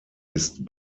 ist